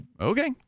okay